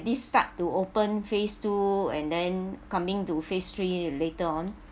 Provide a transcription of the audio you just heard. start to open phase two and then coming to phase three later on